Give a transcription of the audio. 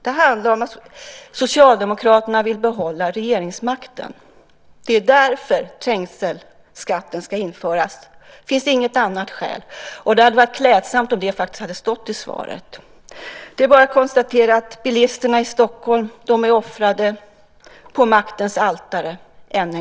Det handlar om att Socialdemokraterna vill behålla regeringsmakten. Det är därför trängselskatten ska införas. Det finns inget annat skäl. Det hade varit klädsamt om det hade stått i svaret. Det är bara att konstatera att bilisterna i Stockholm än en gång har offrats på maktens altare.